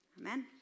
Amen